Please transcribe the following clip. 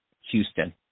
Houston